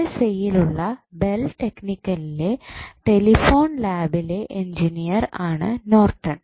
USA യിൽ ഉള്ള Bell ടെക്നിക്കലിലെ ടെലിഫോൺ ലാബിലെ എഞ്ചിനീയർ ആണ് നോർട്ടൻ